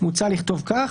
מוצע לכתוב כך: